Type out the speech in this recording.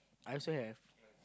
I also have